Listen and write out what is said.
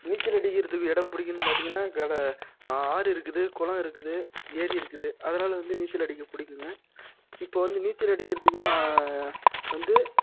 நீச்சல் அடிக்கிறத்துக்கு இடம் பிடிக்குன்னு பார்த்திங்கன்னா கட ஆறு இருக்குது குளம் இருக்குது ஏரி இருக்குது அதனால் வந்து நீச்சல் அடிக்க பிடிக்குங்க இப்போ வந்து நீச்சல் அடிக்கிறத்துக்குலாம் வந்து